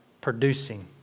Producing